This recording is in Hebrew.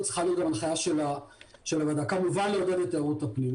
צריכה להיות הנחיה כמובן לעודד את תיירות הפנים,